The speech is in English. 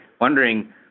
wondering